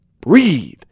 breathe